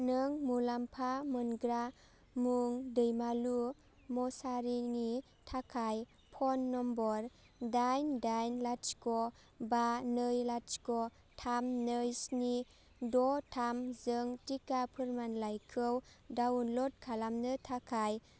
नों मुलाम्फा मोनग्रा मुं दैमालु मुसाहारिनि थाखाय फन नम्बर दाइन दाइन लाथिख' बा नै लाथिख' थाम नै स्नि द' थामजों टिका फोरमानलाइखौ डाउनलड खालामनो थाखाय